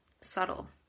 subtle